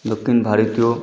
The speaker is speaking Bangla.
দক্ষিণ ভারতীয়